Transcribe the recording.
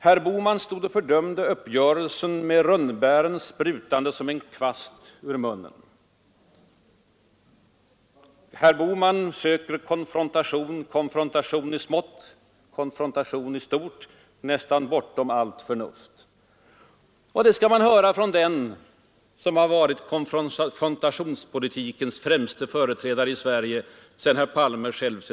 ”Herr Bohman stod och fördömde uppgörelsen med rönnbären sprutande som en kvast ur munnen.” — ”Herr Bohman söker konfrontation — konfrontation i smått, konfrontation i stort, nästan bortom allt förnuft.” Och detta skall man höra från den som har varit konfrontationspolitikens främste företrädare i Sverige!